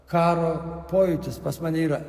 karo pojūtis pas mane yra